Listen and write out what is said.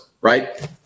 right